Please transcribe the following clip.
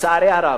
לצערי הרב.